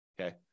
okay